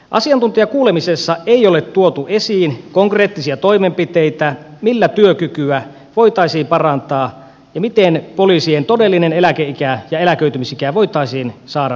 asiantuntijakuulemisessa ei ole tuotu esiin konkreettisia toimenpiteitä millä työkykyä voitaisiin parantaa ja miten poliisien todellinen eläkeikä ja eläköitymisikä voitaisiin saada nousemaan